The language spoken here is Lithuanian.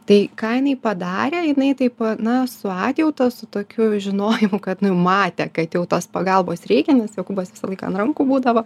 tai ką jinai padarė jinai taip na su atjauta su tokiu žinojimu kad matė kad jau tos pagalbos reikia nes jokūbas visą laiką ant rankų būdavo